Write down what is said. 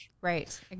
Right